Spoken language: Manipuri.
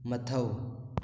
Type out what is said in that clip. ꯃꯊꯧ